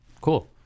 Cool